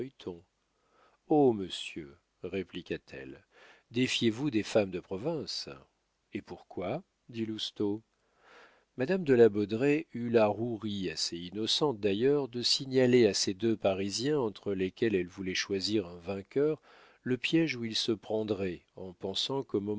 monsieur répliqua-t-elle défiez-vous des femmes de province et pourquoi dit lousteau madame de la baudraye eut la rouerie assez innocente d'ailleurs de signaler à ces deux parisiens entre lesquels elle voulait choisir un vainqueur le piége où il se prendrait en pensant